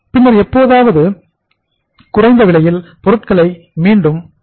பின்னர் எப்போதாவது குறைந்த விலையில் பொருட்களை மீண்டும் வாங்குகிறோம்